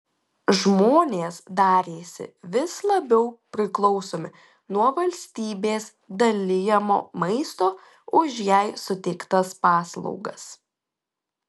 žmonės darėsi vis labiau priklausomi nuo valstybės dalijamo maisto už jai suteiktas paslaugas